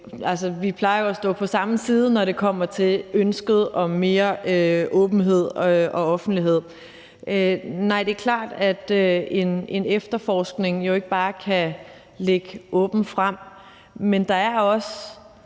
vi plejer jo at stå på samme side, når det kommer til ønsket om mere åbenhed og offentlighed. Nej, det er klart, at en efterforskning jo ikke bare kan ligge åbent frem, men der er også